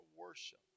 worship